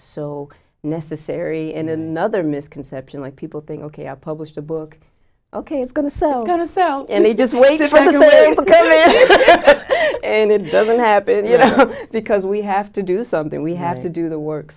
so necessary in another misconception like people think ok i published a book ok it's going to sell going to sell and they just waited for me and it doesn't happen you know because we have to do something we have to do the work